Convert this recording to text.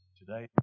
today